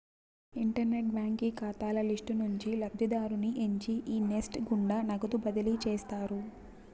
internet బాంకీ కాతాల list నుంచి లబ్ధిదారుని ఎంచి ఈ నెస్ట్ గుండా నగదు బదిలీ చేస్తారు